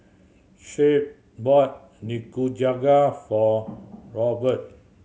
Shep bought Nikujaga for Robert